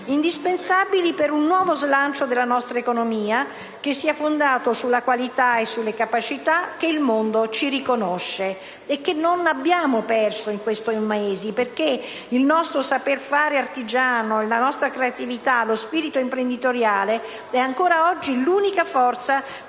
indispensabili per un nuovo slancio della nostra economia che sia fondato sulla qualità e sulle capacità che il mondo ci riconosce e che non abbiamo perso in questi mesi. Il nostro saper fare artigiano, infatti, la nostra creatività e lo spirito imprenditoriale ancora oggi sono l'unica forza